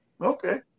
Okay